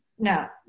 No